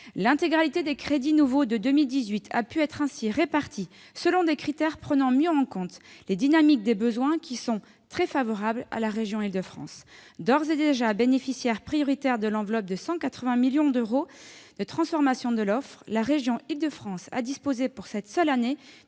L'intégralité des crédits nouveaux de 2018 a ainsi pu être répartie selon des critères prenant mieux en compte les dynamiques des besoins, qui sont très favorables à la région Île-de-France. D'ores et déjà bénéficiaire prioritaire de l'enveloppe de transformation de l'offre, dotée de 180 millions d'euros, la région Île-de-France a disposé, pour cette seule année,